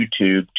YouTube